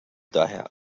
daher